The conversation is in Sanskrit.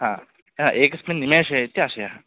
हा एकस्मिन् निमेषे इति आशयः